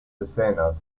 escenas